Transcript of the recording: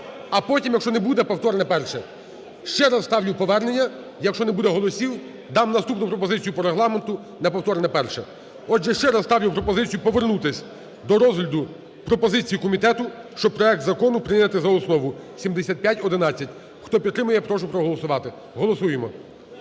а потім, якщо не буде, повторне перше. Ще раз ставлю повернення. Якщо не буде голосів, дам наступну пропозицію по Регламенту на повторне перше. Отже, ще раз ставлю пропозицію повернутися до розгляду пропозицією комітету, щоб проект Закону прийняти за основу 7511. Хто підтримує, прошу проголосувати. Голосуємо.